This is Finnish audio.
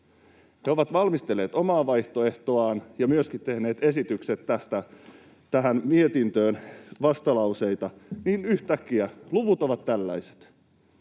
He ovat valmistelleet omaa vaihtoehtoaan ja myöskin tehneet tähän mietintöön vastalauseita, ja yhtäkkiä luvut ovat tällaiset.